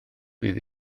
fydd